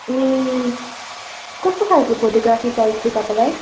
ए कस्तो खालको फोटोग्राफी चाहिएको थियो तपाईँलाई